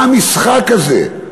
מה המשחק הזה?